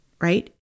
right